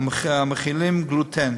המכילים גלוטן,